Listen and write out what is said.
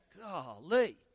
golly